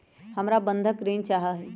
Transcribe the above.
हमरा बंधक ऋण चाहा हई